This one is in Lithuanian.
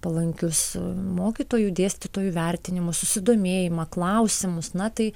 palankius mokytojų dėstytojų vertinimus susidomėjimą klausimus na tai